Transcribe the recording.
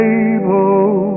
able